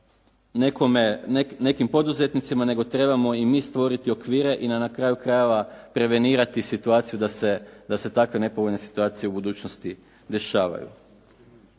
nekim poduzetnicima nego trebamo i mi stvoriti okvire i da na kraju krajeva prevenirati situaciju da se takve nepovoljne situacije u budućnosti dešavaju.